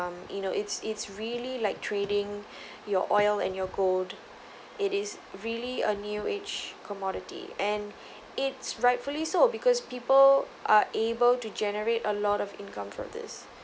um you know it's it's really like trading your oil and your gold it is really a new age commodity and its rightfully so because people are able to generate a lot of income from this